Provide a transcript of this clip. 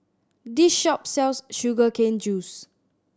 this shop sells sugar cane juice